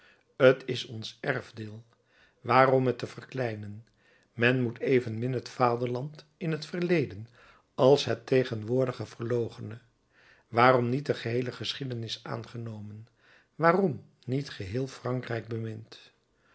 t is ons erfdeel waarom het te verkleinen men moet evenmin het vaderland in het verleden als in het tegenwoordige verloochenen waarom niet de geheele geschiedenis aangenomen waarom niet geheel frankrijk bemind